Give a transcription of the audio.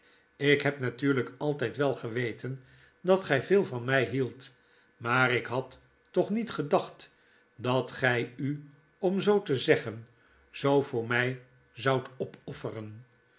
ik heb natuurlijk altyd wel geweten at gy veel van mij hieldt maar ik had toch niet gedacht dat gii u om zoo te zeggen zoo voor my zoudt opofferen